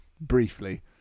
briefly